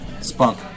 spunk